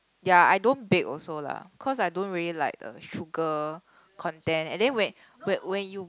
ya I don't bake also lah cause I don't really like the sugar content and then when when when you